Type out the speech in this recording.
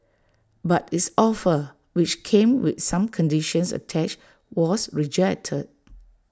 but its offer which came with some conditions attached was rejected